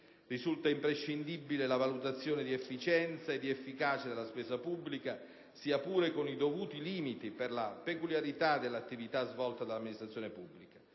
Risulta imprescindibile la valutazione di efficienza ed efficacia della spesa pubblica, sia pure con i dovuti limiti per la peculiarità dell'attività svolta dall'amministrazione pubblica.